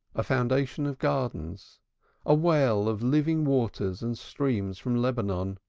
a fountain of gardens a well of living waters and streams from lebanon.